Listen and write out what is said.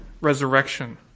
resurrection